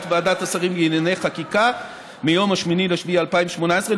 ועדת השרים לענייני חקיקה מיום 8 ביולי 2018,